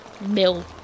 mill